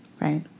Right